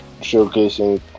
showcasing